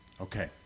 Okay